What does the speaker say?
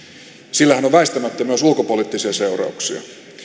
sillähän on väistämättä myös ulkopoliittisia seurauksia